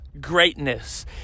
greatness